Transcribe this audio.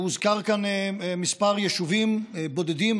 הוזכרו כאן כמה יישובים בודדים.